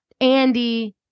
Andy